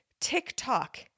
TikTok